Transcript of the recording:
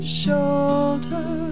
shoulder